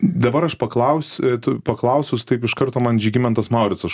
dabar aš paklaus tu paklausius taip iš karto man žygimantas mauricas